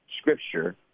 scripture